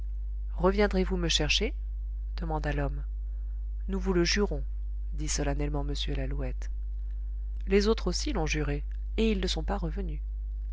reviendrez-vous me chercher demanda l'homme nous vous le jurons dit solennellement m lalouette les autres aussi l'ont juré et ils ne sont pas revenus